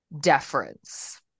deference